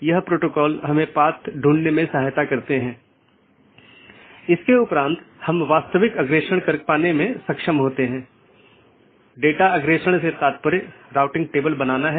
यह मूल रूप से ऑटॉनमस सिस्टमों के बीच सूचनाओं के आदान प्रदान की लूप मुक्त पद्धति प्रदान करने के लिए विकसित किया गया है इसलिए इसमें कोई भी लूप नहीं होना चाहिए